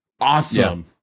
awesome